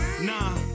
Nah